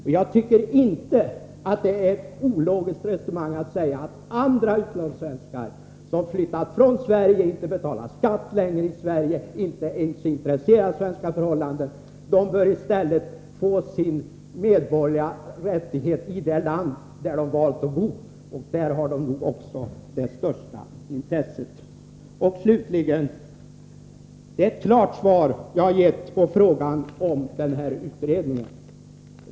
Det är inte ett ologiskt resonemang att andra utlandssvenskar som flyttat från Sverige, inte längre betalar skatt i Sverige och som inte ens är intresserade av svenska förhållanden i stället bör få utöva sin medborgerliga rättighet i det land där de har valt att bo och för vilket de nog också har det största intresset. Det är, slutligen, ett klart svar som jag har gett på frågan om utredningen.